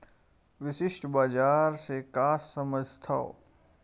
विशिष्ट बजार से का समझथव?